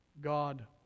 god